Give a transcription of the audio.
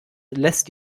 lässt